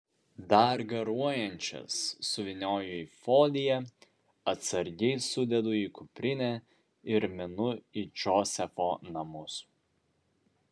dar garuojančias suvynioju į foliją atsargiai sudedu į kuprinę ir minu į džozefo namus